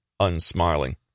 unsmiling